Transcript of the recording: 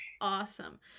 awesome